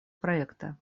проекта